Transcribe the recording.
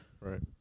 Right